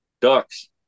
ducks